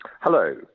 Hello